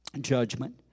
judgment